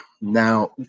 now